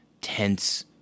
tense